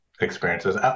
experiences